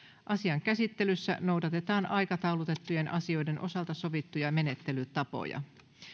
asian käsittelyssä noudatetaan aikataulutettujen asioiden osalta sovittuja menettelytapoja